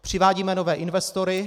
Přivádíme nové investory.